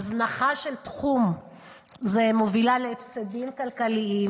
הזנחה של תחום זה מובילה להפסדים כלכליים